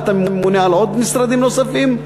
ואתה ממונה על עוד משרדים נוספים,